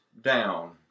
down